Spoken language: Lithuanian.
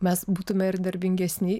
mes būtume ir darbingesni